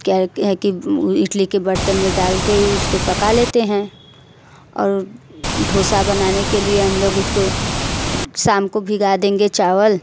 क्या है है कि इडली के बर्तन में डाल कर उसको पका लेते हैं और दोसा बनाने के लिए हम लोग उसको शाम को भिगा देंगे चावल